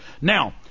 Now